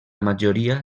majoria